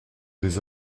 des